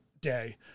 day